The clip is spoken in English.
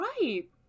right